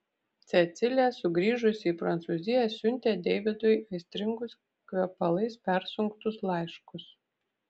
cecilė sugrįžusi į prancūziją siuntė deividui aistringus kvepalais persunktus laiškus